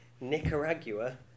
Nicaragua